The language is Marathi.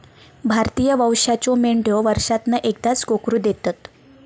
भारतीय वंशाच्यो मेंढयो वर्षांतना एकदाच कोकरू देतत